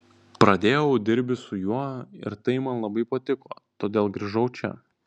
pradėjau dirbi su juo ir tai man labai patiko todėl grįžau čia